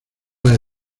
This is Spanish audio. para